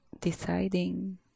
deciding